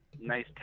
Nice